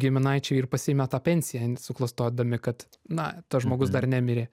giminaičiai ir pasiimė tą pensiją n suklastodami kad na tas žmogus dar nemirė